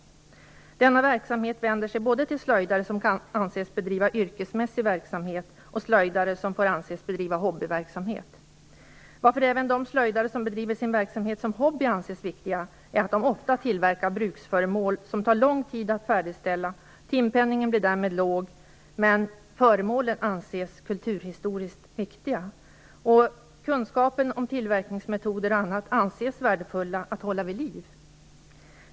Denna verksamhet vänder sig både till slöjdare som kan anses bedriva yrkesmässig verksamhet och slöjdare som får anses bedriva hobbyverksamhet. Att även slöjdare som bedriver sin verksamhet som hobby anses viktiga beror på att de ofta tillverkar bruksföremål som det tar lång tid att färdigställa. Timpenningen blir därmed låg, men föremålen anses kulturhistoriskt viktiga. Kunskapen om tillverkningsmetoder och annat anses värdefull att hålla vid liv.